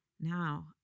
Now